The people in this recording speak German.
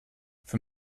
für